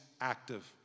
active